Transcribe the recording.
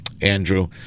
Andrew